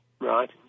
Right